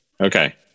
Okay